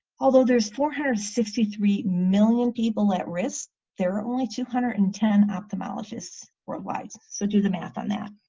although there's four hundred and sixty three million people at risk there are only two hundred and ten ophthalmologists worldwide, so do the math on that,